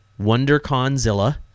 WonderConzilla